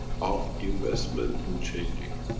of investment in changing.